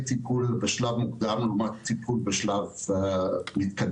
טיפול בשלב מוקדם לעומת טיפול בשלב מתקדם,